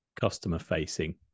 customer-facing